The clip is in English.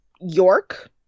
york